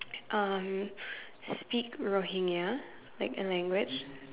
um speak Rohingya like a language